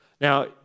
now